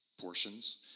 portions